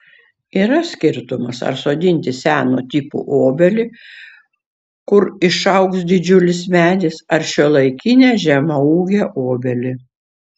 yra skirtumas ar sodinti seno tipo obelį kur išaugs didžiulis medis ar šiuolaikinę žemaūgę obelį